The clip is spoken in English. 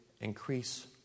increase